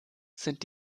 sind